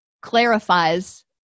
clarifies